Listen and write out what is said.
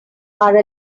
are